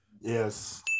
Yes